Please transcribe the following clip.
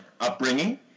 upbringing